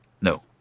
No